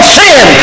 sin